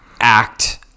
act